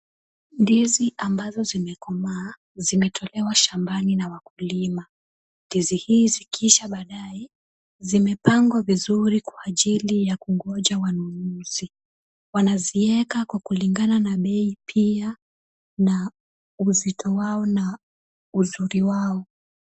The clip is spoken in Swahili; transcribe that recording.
Ndizi ,ambazo zimekomaa zimetolewa shambani na wakulima. Ndizi hii zikisha baadaye, zimepangwa vizuri kwa ajili ya kungoja wanunuzi. Wanazieka kwa kulingana na bei pia na uzito wao na uzuri wao.